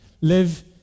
Live